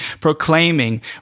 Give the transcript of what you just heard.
proclaiming